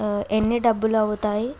ఎన్ని డబ్బులు అవుతాయి